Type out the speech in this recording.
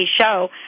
show